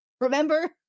remember